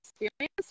experience